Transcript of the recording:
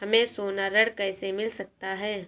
हमें सोना ऋण कैसे मिल सकता है?